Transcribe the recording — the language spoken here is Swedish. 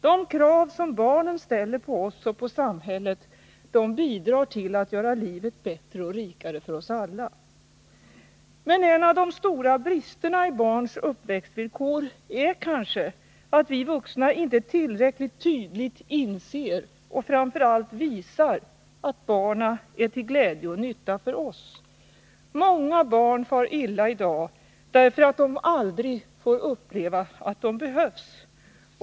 De krav barnen ställer på oss och på samhället bidrar till att göra livet bättre och rikare för oss alla. Men en av de stora bristerna i barns uppväxtvillkor är kanske att vi vuxna inte tillräckligt inser och framför allt visar att barnen är till glädje och nytta för oss. Många barn far i dag illa därför att de aldrig får uppleva att de behövs.